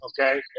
okay